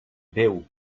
déu